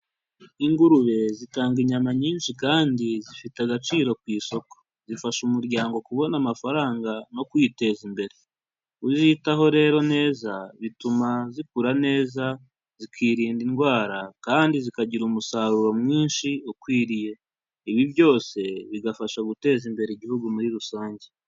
Ingurube zitanga inyama nyinshi kandi zifite agaciro ku isoko, zifasha umuryango kubona amafaranga no kwiteza imbere, kuzitaho rero neza bituma zikura neza zikirinda indwara kandi zikagira umusaruro mwinshi ukwiriye, ibi byose bigafasha guteza imbere igihugu muri rusange.